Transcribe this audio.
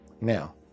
now